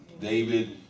David